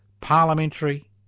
parliamentary